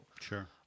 Sure